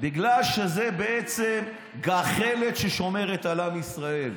בגלל שזו בעצם גחלת ששומרת על עם ישראל,